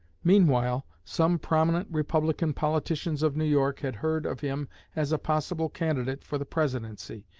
meanwhile, some prominent republican politicians of new york had heard of him as a possible candidate for the presidency,